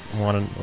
want